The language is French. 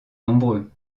nombreux